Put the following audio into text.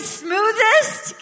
smoothest